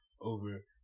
over